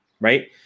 Right